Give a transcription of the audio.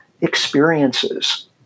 experiences